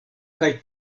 kaj